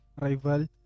rival